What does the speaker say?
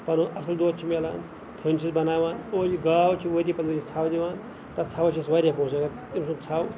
پَنُن اَصٕل دۄد چھُ میلان تھٔنۍ چھِس بَناوان اور یہِ گاو چھِ ؤرۍ یہِ پَتہٕ ؤرۍ یہِ ژھَو دِوان تَتھ ژھَوَس چھِ أسۍ واریاہ پونٛسہٕ زینان أمۍ سُنٛد ژھَو